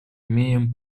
имеем